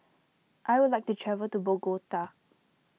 I would like to travel to Bogota